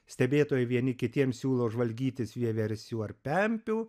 stebėtojai vieni kitiem siūlo žvalgytis vieversių ar pempių